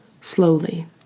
Slowly